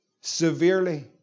severely